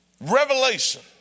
Revelation